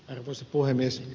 arvoisa puhemies